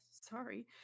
Sorry